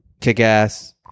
Kick-Ass